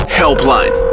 helpline